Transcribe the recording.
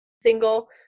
single